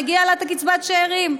מגיעה לה קצבת השאירים.